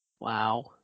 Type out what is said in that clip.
Wow